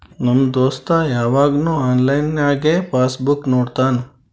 ನಮ್ ದೋಸ್ತ ಯವಾಗ್ನು ಆನ್ಲೈನ್ನಾಗೆ ಪಾಸ್ ಬುಕ್ ನೋಡ್ತಾನ